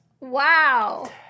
Wow